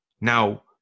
Now